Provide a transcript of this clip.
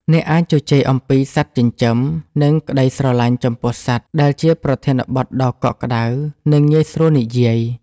អ្នកអាចជជែកអំពីសត្វចិញ្ចឹម និងក្ដីស្រឡាញ់ចំពោះសត្វ ដែលជាប្រធានបទដ៏កក់ក្ដៅ និងងាយស្រួលនិយាយ។